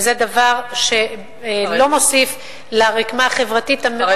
וזה דבר שלא מוסיף לרקמה החברתית המאוד,